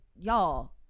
y'all